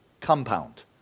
compound